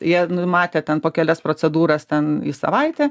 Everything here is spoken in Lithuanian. jie numatę ten po kelias procedūras ten į savaitę